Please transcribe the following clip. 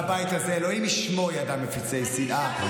והבית הזה, אלוהים ישמור, ידע מפיצי שנאה.